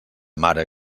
mare